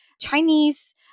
Chinese